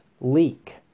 leak